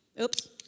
oops